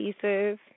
pieces